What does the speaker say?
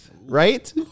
Right